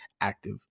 active